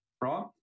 right